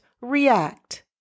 react